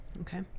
Okay